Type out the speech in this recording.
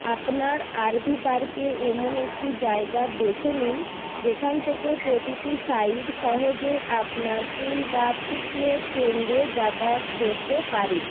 আপনার আরভি পার্কে এমন একটি জায়গা বেছে নিন যেখান থেকে প্রতিটি সাইড সহজেই আপনার পুল বা ফিটনেস কেন্দ্রে যাতায়াত করতে পারে